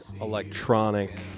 electronic